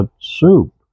soup